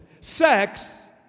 Sex